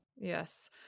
Yes